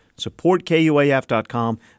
Supportkuaf.com